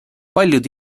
paljud